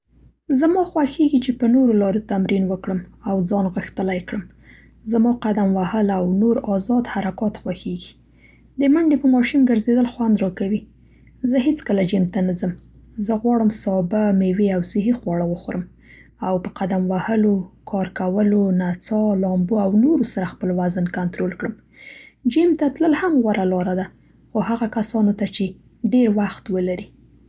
زما خوښېږي چې په نورو لارو تمرین وکړم او ځان غښتلی کړم. زما قدم وهل او نور آزاد حرکات خوښېږي. د منډې په ماشین ګرځېدل خوند را کوي. زه هېڅکله جېم ته نه ځم. زه غواړم سابه، مېوه او صحي خواړه وخورم او په قدم وهلو، کار کولو، نڅا، لامبو او نورو سره خپل وزن کنترول کړم. جېم ته تلل هم غوره لاره ده خو هغه کسانو ته چې ډېر وخت ولري.